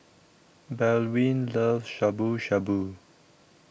Baldwin loves Shabu Shabu